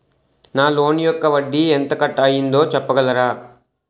నా లోన్ యెక్క వడ్డీ ఎంత కట్ అయిందో చెప్పగలరా?